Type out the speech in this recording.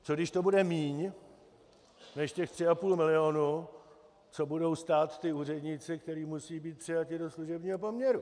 Co když to bude míň než těch tři a půl milionu, co budou stát ti úředníci, kteří musí být přijati do služebního poměru?